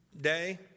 day